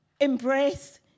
embrace